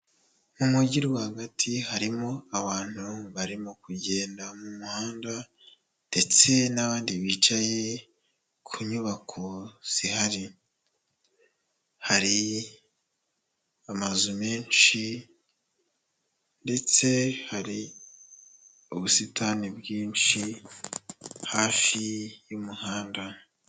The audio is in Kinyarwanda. Mu mujyi rwagati harimo abantu barimo kugenda mu muhanda ndetse n'abandi bicaye ku nyubako zihari, hari amazu menshi ndetse hari ubusitani bwinshi hafi y'umuhanda.